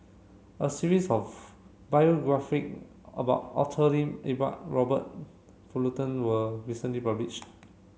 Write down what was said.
a series of biography about Arthur Lim Iqbal Robert Fullerton were recently published